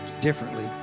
differently